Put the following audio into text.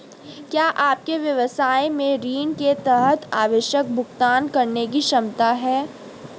क्या आपके व्यवसाय में ऋण के तहत आवश्यक भुगतान करने की क्षमता है?